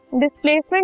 displacement